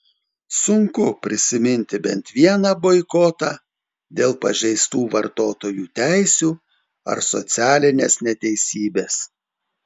sunku prisiminti bent vieną boikotą dėl pažeistų vartotojų teisių ar socialinės neteisybės